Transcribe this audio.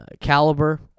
caliber